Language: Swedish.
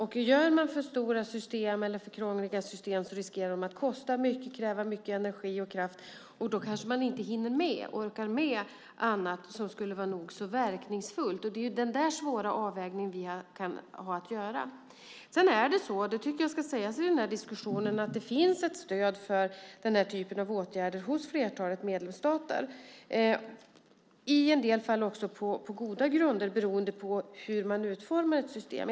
Skapar man för stora system eller för krångliga system riskerar de att kosta mycket och kräva mycket energi och kraft, och då kanske man inte hinner eller orkar med annat som skulle vara nog så verkningsfullt. Det är den svåra avvägningen vi har att göra. Jag tycker att det ska sägas i den här diskussionen att det finns ett stöd för den här typen av åtgärder hos flertalet medlemsstater. I en del fall är det också på goda grunder beroende på hur man utformar ett system.